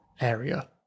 area